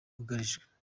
bugarijwe